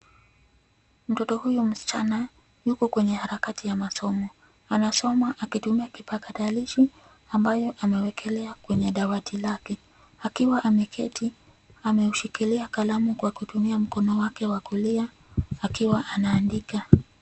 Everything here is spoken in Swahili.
Mtoto huyu msichana yuko kwenye harakati ya masomo, anasoma akitumia kipakatalishi ambayo amewekelea kwenye dawati lake akiwa ameketi ameushikilia kalamu kwa kutumia mkono wake wa kulia akiwa ana andika.